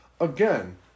Again